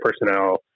personnel